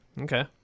okay